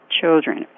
children